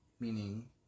Meaning